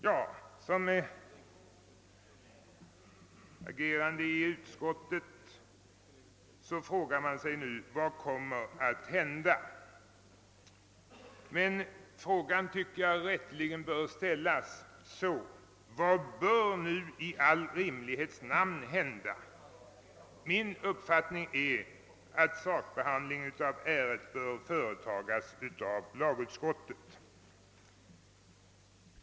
Ja, som agerande i utskottet frågar man sig nu vad som kommer att hända. Frågan bör emellertid rätteligen enligt min mening ställas på följande sätt: Vad bör nu i all rimlighets namn hända? Min uppfattning är att sakbehandlingen av ärendet bör ske i lagutskott.